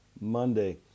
Monday